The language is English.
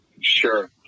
Sure